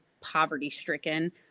poverty-stricken